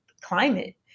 climate